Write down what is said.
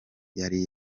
yari